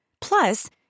Plus